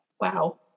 Wow